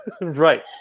Right